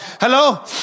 Hello